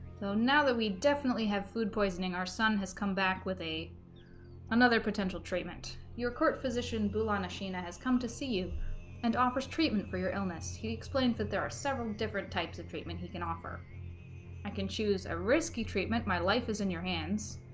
so now that we definitely have food poisoning our son has come back with a another potential treatment your court physician bulan escena has come to see you and offers treatment for your illness he explained that there are several different types of treatment he can offer i can choose a risky treatment my life is in your hands